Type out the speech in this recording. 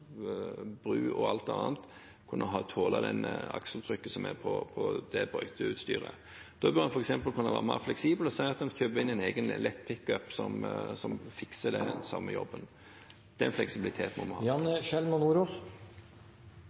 og alt annet kunne tåle det akseltrykket som er på det brøyteutstyret. Da bør en f.eks. kunne være mer fleksibel og si at en kjøper inn en egen lett pickup som fikser den samme jobben. Den fleksibiliteten må